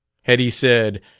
had he said,